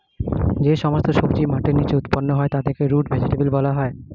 যে সমস্ত সবজি মাটির নিচে উৎপন্ন হয় তাদেরকে রুট ভেজিটেবল বলা হয়